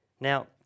Now